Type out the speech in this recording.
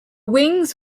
wings